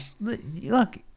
look